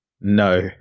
No